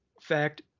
fact